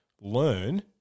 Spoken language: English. learn